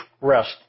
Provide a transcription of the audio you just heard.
rest